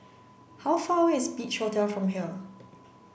how far away is Beach Hotel from here